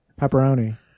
Pepperoni